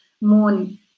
moon